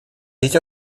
ведь